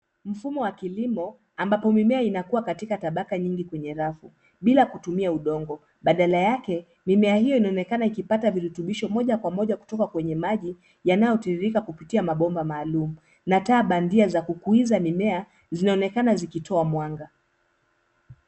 Mfumo wa kilimo, ambapo mimea inakua katika tabaka nyingi kwenye rafu, bila kutumia udongo, badala yake, mimea hiyo inaonekana ikipata virutubisho moja kwa moja kutoka kwenye maji yanayotiririka kupitia mabomba maalum, na taa bandia za kukuza mimea zinaonekana zikitoa mwanga.